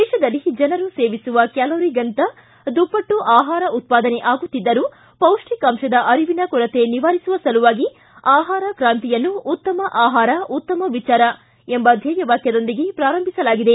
ದೇಶದಲ್ಲಿ ಜನರು ಸೇವಿಸುವ ಕ್ಕಾಲೋರಿಗಿಂತ ದುಪ್ಪಟ್ಟು ಆಹಾರ ಉತ್ಪಾದನೆ ಆಗುತ್ತಿದ್ದರೂ ಪೌಷ್ಟಿಕಾಂಶದ ಅರಿವಿನ ಕೊರತೆ ನಿವಾರಿಸುವ ಸಲುವಾಗಿ ಆಹಾರ ಕಾಂತಿಯನ್ನು ಉತ್ತಮ ಆಹಾರ ಉತ್ತಮ ವಿಚಾರ ಎಂಬ ಧ್ಯೇಯವಾಕ್ಕದೊಂದಿಗೆ ಪ್ರಾರಂಭಿಸಲಾಗಿದೆ